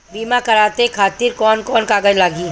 बीमा कराने खातिर कौन कौन कागज लागी?